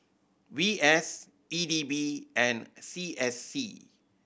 V S B D B and C S C